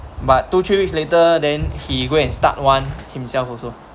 but two three weeks later then he go and start one himself also